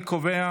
אני קובע